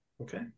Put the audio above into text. Okay